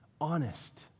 honest